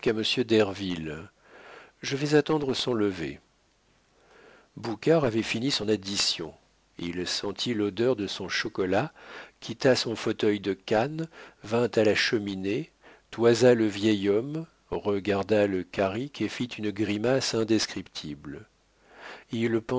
derville je vais attendre son lever boucard avait fini son addition il sentit l'odeur de son chocolat quitta son fauteuil de canne vint à la cheminée toisa le vieil homme regarda le carrick et fit une grimace indescriptible il